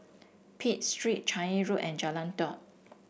Pitt Street Changi Road and Jalan Daud